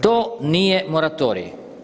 To nije moratorij.